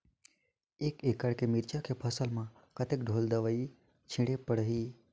एक एकड़ के मिरचा के फसल म कतेक ढोल दवई छीचे पड़थे?